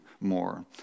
more